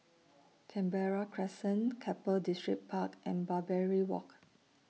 Canberra Crescent Keppel Distripark and Barbary Walk